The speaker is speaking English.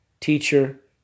teacher